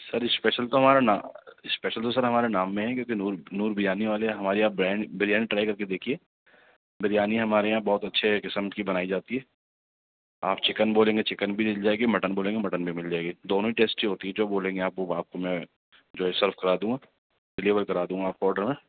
سر special تو ہمارا نا اسپیشل تو سر ہمارے نام میں ہے کیونکہ نور نور بریانی والے ہمارے یہاں برینڈ بریانی ٹرائی کر کے دیکھیے بریانی ہمارے یہاں بہت اچھے قسم کی بنائی جاتی ہے آپ چکن بولیں گے چکن بھی مل جائے گی مٹن بولیں گے مٹن بھی مل جائے گی دونوں ہی ٹیسیٹی ہوتی ہے جو بولیں گے آپ وہ آپ کو میں جو ہے سرو کرا دوں گا ڈلیور کرا دوں گا آپ کو آرڈر میں